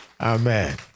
Amen